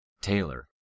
Taylor